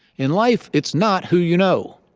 in life it's not who you know.